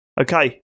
Okay